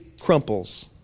crumples